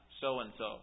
so-and-so